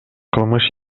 кылмыш